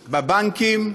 בבנקים,